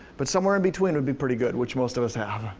but somewhere in between would be pretty good, which most of us have.